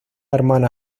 hermana